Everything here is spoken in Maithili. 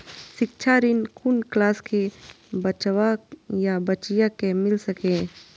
शिक्षा ऋण कुन क्लास कै बचवा या बचिया कै मिल सके यै?